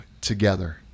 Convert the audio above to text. together